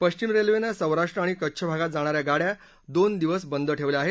पश्विम रेल्वेनं सौराष्ट्र आणि कच्छ भागात जाणा या गाडया दोन दिवस बंद ठेवल्या आहेत